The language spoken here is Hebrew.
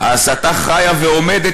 ההסתה חיה ועומדת.